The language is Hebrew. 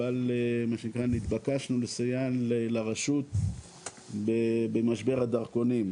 אבל נתבקשנו לסייע לרשות במשבר הדרכונים,